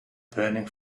burning